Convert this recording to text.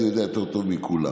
אני יודע יותר טוב מכולם,